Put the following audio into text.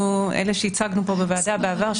אלה שייצגנו פה בוועדה בעבר,